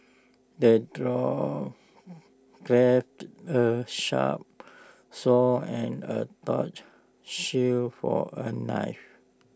the dwarf crafted A sharp sword and A shield for A knight